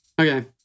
Okay